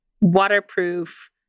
waterproof